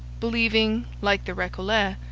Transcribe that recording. believing, like the recollets,